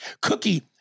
Cookie